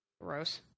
Gross